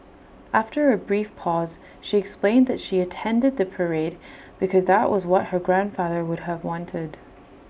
after A brief pause she explained that she attended the parade because that was what her grandfather would have wanted